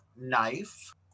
knife